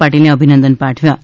પાટીલને અભિનંદન પાઠવ્યા છે